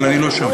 אבל אני לא שם.